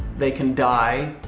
they can die.